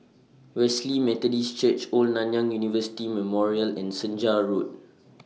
Wesley Methodist Church Old Nanyang University Memorial and Senja Road